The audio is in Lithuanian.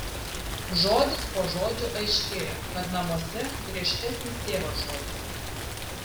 žodis po žodžio aiškėjo kad namuose griežtesnis tėvo žodis